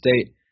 State